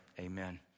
amen